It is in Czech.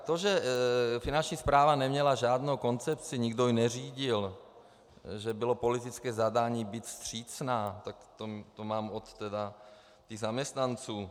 To, že Finanční správa neměla žádnou koncepci, nikdo ji neřídil, že bylo politické zadání být vstřícní, to mám od zaměstnanců.